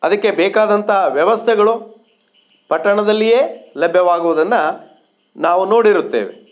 ಅದಕ್ಕೆ ಬೇಕಾದಂಥ ವ್ಯವಸ್ಥೆಗಳು ಪಟ್ಟಣದಲ್ಲಿಯೇ ಲಭ್ಯವಾಗುವುದನ್ನು ನಾವು ನೋಡಿರುತ್ತೇವೆ